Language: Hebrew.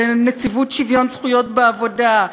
בנציבות שוויון זכויות בעבודה,